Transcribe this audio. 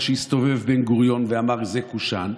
כמו שהסתובב בן-גוריון ואמר: זה קושאן,